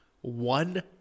one